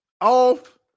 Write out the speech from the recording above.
off